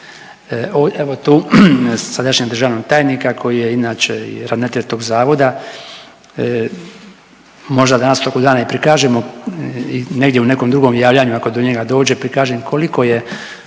Evo tu sadašnjeg državnog tajnika koji je inače i ravnatelj tog zavoda možda danas u toku dana i prikažemo negdje u nekom drugom javljanju ako do njega dođe prikažem koliko je,